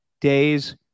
days